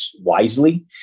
wisely